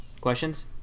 Questions